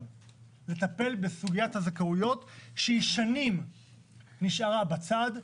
בסוגיית הזכאויות שהיא שנים עמדה בצד.